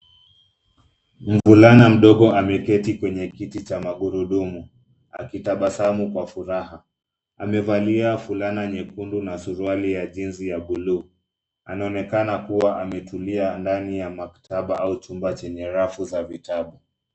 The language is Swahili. Mvulana mdogo ameketi kwenye kiti cha magurudumu akitabasamu kwa furaha. Amevalia fulana nyekundu na suruali ya [cs ] jeans [cs ] ya bluu. Anaonekana kuwa ametulia ndani ya maktaba au chumba chenye rafu za vitabu.